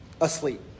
asleep